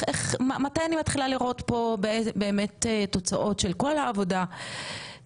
מתי אני מתחילה לראות פה באמת תוצאות של כל העבודה שעושים?